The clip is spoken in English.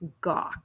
gawk